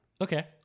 Okay